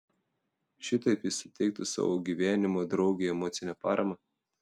šitaip jis suteiktų savo gyvenimo draugei emocinę paramą